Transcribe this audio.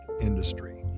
industry